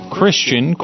Christian